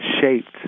shaped